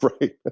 right